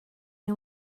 nhw